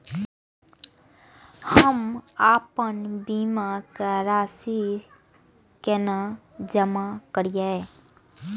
हम आपन बीमा के राशि केना जमा करिए?